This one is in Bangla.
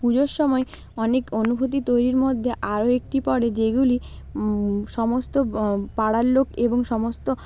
পুজোর সময় অনেক অনুভূতি তৈরির মধ্যে আরও একটি পড়ে যেগুলি সমস্ত পাড়ার লোক এবং সমস্ত